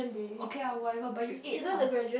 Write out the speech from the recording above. okay whatever but you add lah